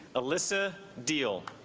alyssa diehl